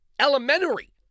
elementary